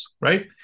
right